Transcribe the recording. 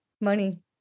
money